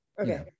Okay